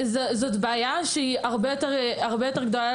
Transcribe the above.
זו בעיה הרבה יותר גדולה,